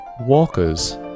Walker's